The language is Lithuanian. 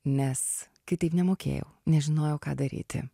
nes kitaip nemokėjau nežinojau ką daryti